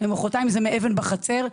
אחר כך זה מאבן בחצר.